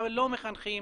והלא מחנכים,